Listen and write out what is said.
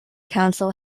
council